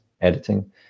editing